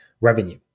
revenue